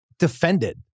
defended